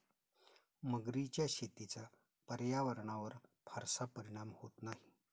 मगरीच्या शेतीचा पर्यावरणावर फारसा परिणाम होत नाही